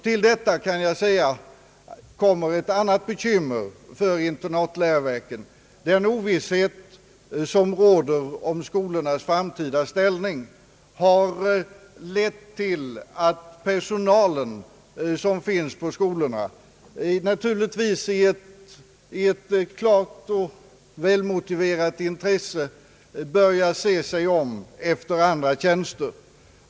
Till detta kommer ett annat bekymmer för privatläroverken. Den ovisshet som råder om skolornas framtida ställning har lett till att den personal som finns på skolorna, naturligtvis i ett klart och välmotiverat intresse, börjat se sig om efter andra tjänster.